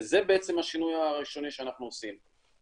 וזה השינוי הראשוני שאנחנו עושים.